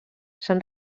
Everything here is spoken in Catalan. s’han